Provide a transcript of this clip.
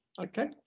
okay